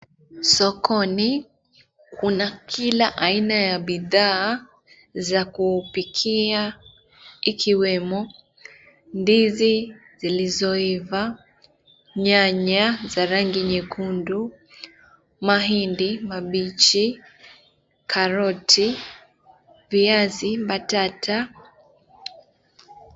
Sokoni kuna kila aina ya bidhaa za kupikia ikiwemo ndizi zilizoiva, nyanya za rangi nyekundu, mahindi mabichi, karoti na viazi, mbatata.